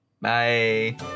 Bye